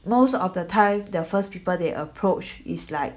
most of the time their first people they approach is like